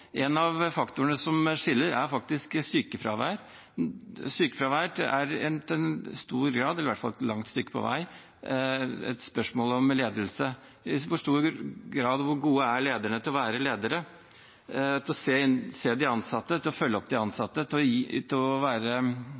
En av faktorene som skiller, er sykefravær. Sykefravær er i stor grad, i hvert fall et langt stykke på vei, et spørsmål om ledelse, i stor grad om hvor gode lederne er til å være ledere, til å se de ansatte, til å følge opp de ansatte – i det hele tatt til å være